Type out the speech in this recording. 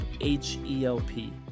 H-E-L-P